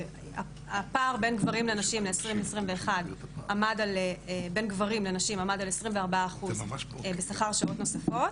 הפער בין גברים לנשים ל-2021 עמד על 24% בשכר שעות נוספות,